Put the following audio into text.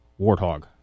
Warthog